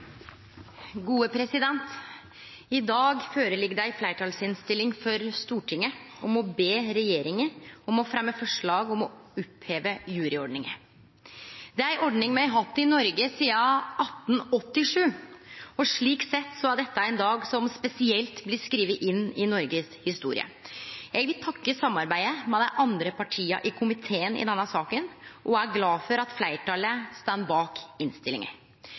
I dag ligg det føre ei fleirtalsinnstilling for Stortinget om å be regjeringa fremje forslag om å oppheve juryordninga. Det er ei ordning me har hatt i Noreg sidan 1887, og slik sett er dette ein dag som spesielt vil bli skriven inn i noregshistoria. Eg vil takke for samarbeidet med dei andre partia i komiteen i denne saka og er glad for at fleirtalet står bak innstillinga.